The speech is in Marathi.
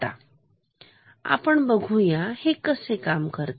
आता आपण बघुया हे कसे काम करते